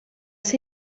ser